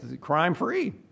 crime-free